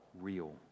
Real